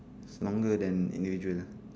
it's longer than individual